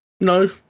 No